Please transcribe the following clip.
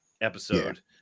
episode